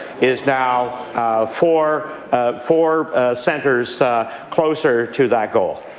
is now four four centres closer to that goal.